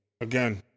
Again